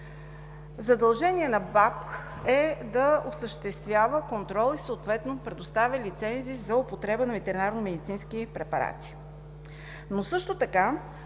на храните) е да осъществява контрол и съответно предоставя лицензи за употреба на ветеринарномедицински препарати.